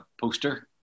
poster